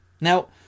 Now